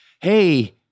hey